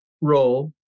role